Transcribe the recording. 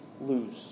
lose